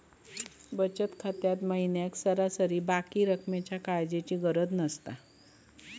बचत खात्यात महिन्याक सरासरी बाकी रक्कमेच्या काळजीची गरज नसता